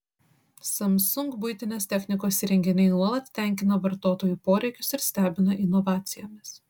samsung buitinės technikos įrenginiai nuolat tenkina vartotojų poreikius ir stebina inovacijomis